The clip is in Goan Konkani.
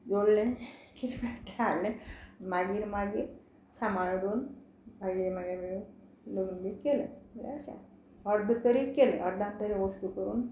जोडलें कितें मेळटा तें हाडलें मागीर मागीर सांबाळून मागीर मागीर लग्न बी केलें म्हळ्यार अशें अर्द तरी केले अर्दान तरी वस्तू करून